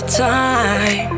time